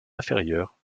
inférieures